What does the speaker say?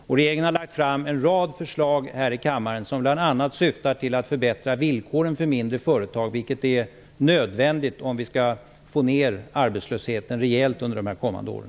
Regeringen har lagt fram en rad förslag här i kammaren, som bl.a. syftar till att förbättra villkoren för mindre företag, vilket är nödvändigt om vi skall kunna få ner arbetslösheten rejält under de kommande åren.